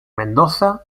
mendoza